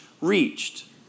reached